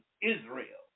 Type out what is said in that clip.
Israel